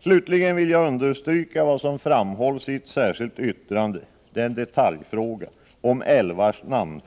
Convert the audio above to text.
Slutligen vill jag understryka vad som framhålls i ett särskilt yttrande. Det är en detaljfråga om älvars namn.